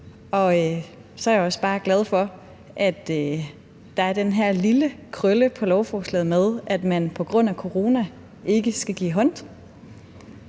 Og så er jeg også bare glad for, at der er den her lille krølle på lovforslaget, at man på grund af corona ikke skal give håndtryk.